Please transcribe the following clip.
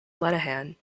lenihan